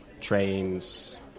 trains